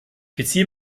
beziehe